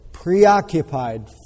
preoccupied